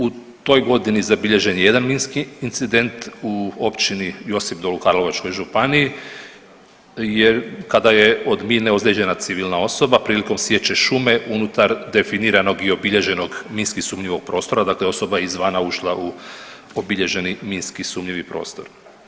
U toj godini zabilježen je minski incident u Općini Josipdol u Karlovačkoj županiji jer kada je od mine ozlijeđena civilna osoba prilikom sječe šume unutar definiranog i obilježenog minski sumnjivog prostora, dakle osoba je izvana ušla u obilježeni minski sumnjivi prostor.